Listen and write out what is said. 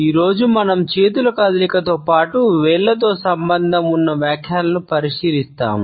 ఈ రోజు మనం చేతుల కదలికతో పాటు వేళ్ళతో సంబంధం ఉన్న వ్యాఖ్యానాలను పరిశీలిస్తాము